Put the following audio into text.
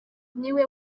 niwe